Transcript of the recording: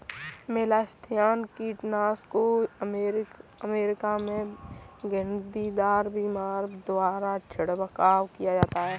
malathion कीटनाशक को America में घिरनीदार विमान द्वारा छिड़काव किया जाता है